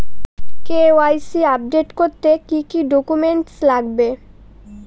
KYC update করতে কি কি ডকুমেন্টস লাগবে?